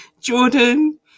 Jordan